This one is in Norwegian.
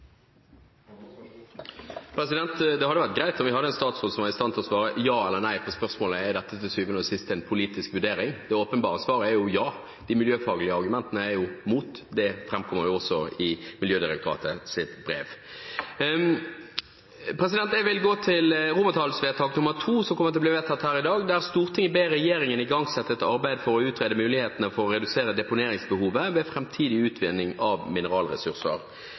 Det hadde vært greit om vi hadde en statsråd som var i stand til å svare ja eller nei på spørsmålet: Er dette til syvende og sist en politisk vurdering? Det åpenbare svaret er jo ja. De miljøfaglige argumentene er mot. Det fremkommer også i Miljødirektoratet sitt brev. Jeg vil gå til forslag til vedtak II, som kommer til å bli vedtatt her i dag: «Stortinget ber regjeringen igangsette et arbeid for å utrede mulighetene for å redusere deponeringsbehovet ved framtidig utvinning av mineralressurser.»